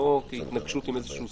לא כהתנגשות עם סעיף.